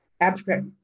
abstract